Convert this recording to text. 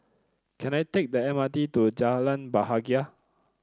can I take the M R T to Jalan Bahagia